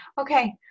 Okay